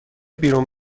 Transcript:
بیرون